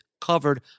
covered